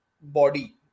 body